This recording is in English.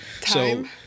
Time